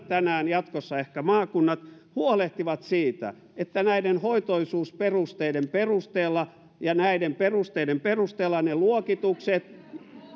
tänään jatkossa ehkä maakunnat huolehtivat siitä että näiden hoitoisuusperusteiden perusteella ja näiden perusteiden perusteella ne luokitukset